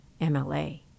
MLA